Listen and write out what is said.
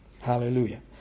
Hallelujah